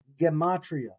gematria